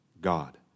God